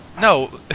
No